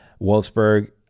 Wolfsburg